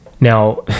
now